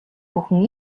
бүхэн